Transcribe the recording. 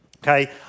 Okay